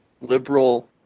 liberal